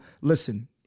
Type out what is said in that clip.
Listen